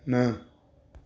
न